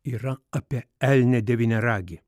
yra apie elnią devyniaragį